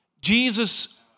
Jesus